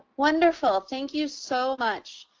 wonderful. thank you so much.